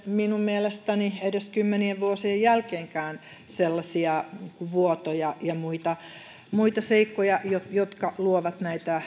minun mielestäni edes kymmenien vuosien jälkeenkään sellaisia vuotoja ja muita muita seikkoja jotka luovat